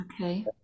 Okay